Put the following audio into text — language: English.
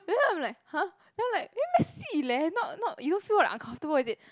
that's why I'm like !huh! then I'm like very messy leh not not you don't feel uncomfortable is it